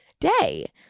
day